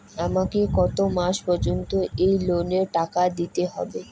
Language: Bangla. আমাকে কত মাস পর্যন্ত এই লোনের টাকা দিতে হবে?